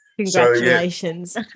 Congratulations